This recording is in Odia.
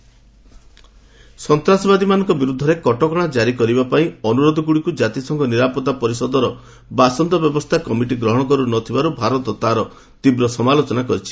ଇଣ୍ଡିଆ ୟୁଏନ୍ଏସ୍ସି ସନ୍ତାସବାଦୀମାନଙ୍କ ବିରୁଦ୍ଧରେ କଟକଣା କାରି କରିବାପାଇଁ ଅନୁରୋଧଗୁଡ଼ିକୁ ଜାତିସଂଘ ନିରାପତ୍ତା ପରିଷଦର ବାସନ୍ଦ ବ୍ୟବସ୍ଥା କମିଟି ଗ୍ରହଣ କରୁ ନ ଥିବାରୁ ଭାରତ ତା'ର ତୀବ୍ର ସମାଲୋଚନା କରିଛି